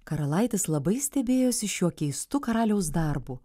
karalaitis labai stebėjosi šiuo keistu karaliaus darbu